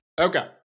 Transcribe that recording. Okay